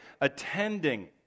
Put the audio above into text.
attending